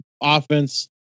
offense